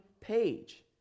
page